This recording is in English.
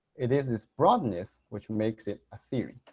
it is this broadness which makes it a theory.